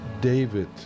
David